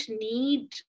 need